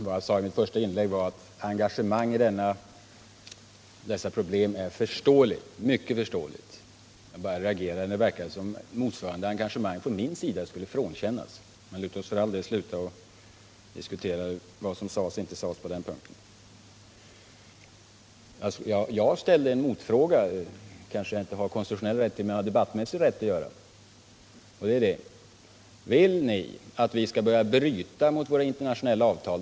Herr talman! I mitt första inlägg sade jag att frågeställarnas engagemang i dessa problem är mycket förståeligt. Jag reagerade bara när det verkade som om motsvarande engagemang skulle frånkännas mig. Men låt oss för all del sluta att diskutera vad som sades och vad som inte sades på den punkten. Jag ställde en motfråga. Kanske har jag inte konstitutionell rätt därtill, men jag har debattmässig rätt att göra det. Jag frågade om ni ville att vi skall börja bryta mot våra internationella avtal.